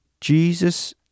Jesus